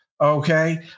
Okay